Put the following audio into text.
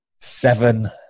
seven